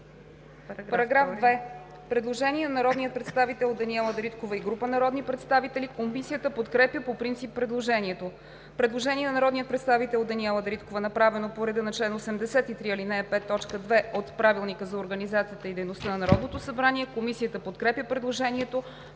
направено предложение от народния представител Даниела Дариткова и група народни представители. Комисията подкрепя по принцип предложението. Предложение на народния представител Даниела Дариткова, направено по реда на чл. 83, ал. 5, т. 2 от Правилника за организацията и дейността на Народното събрание. Комисията подкрепя предложението.